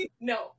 no